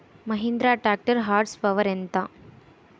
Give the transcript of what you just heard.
Mahindra tractor horse power ఎంత?